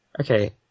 Okay